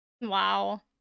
Wow